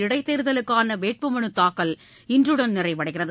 இடைத்தேர்தலுக்கான வேட்புமனு தாக்கல் இன்றுடன் நிறைவடைகிறது